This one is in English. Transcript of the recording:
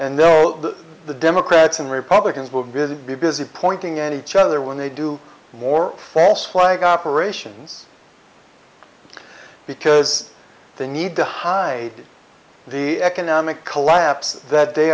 and the democrats and republicans will be busy pointing at each other when they do or false flag operations because they need to hide the economic collapse that they